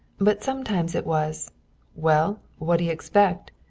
but sometimes it was well, what'd you expect?